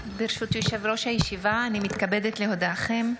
ברשות יושב-ראש הישיבה, אני מתכבדת להודיעכם,